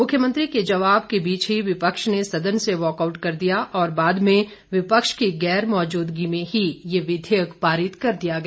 मुख्यमंत्री के जवाब के बीच विपक्ष ने सदन से वाकआउट कर दिया और बाद में विपक्ष की गैर मौजूदगी में ही यह विधेयक पारित कर दिया गया